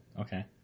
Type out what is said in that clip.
Okay